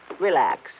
relax